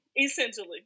essentially